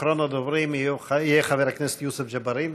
אחרון הדוברים יהיה חבר הכנסת יוסף ג'בארין.